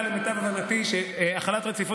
למיטב הבנתי הסיבה היחידה שהחלת הרציפות